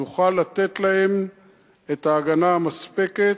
נוכל לתת להם את ההגנה המספקת.